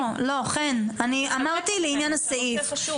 לא, חן, אני אמרתי לעניין הסעיף.